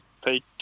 take